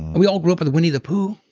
we all grew up with winnie the pooh.